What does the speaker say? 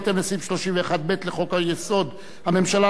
בהתאם לסעיף 31(ב) לחוק-יסוד: הממשלה,